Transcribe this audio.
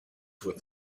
with